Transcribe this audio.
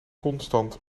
constant